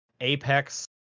Apex